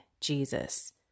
Jesus